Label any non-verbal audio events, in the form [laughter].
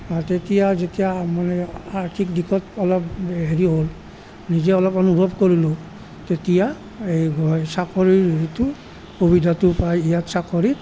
তেতিয়া যেতিয়া মানে আৰ্থিক দিশত অলপ হেৰি হ'ল নিজে অলপ অনুভৱ কৰিলোঁ তেতিয়া এই [unintelligible] চাকৰিৰ যিটো সুবিধাটো পাই ইয়াত চাকৰিত